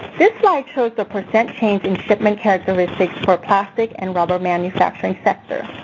this slide shows the percent change in shipment characteristics for plastic and rubber manufacturing sector.